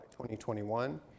2021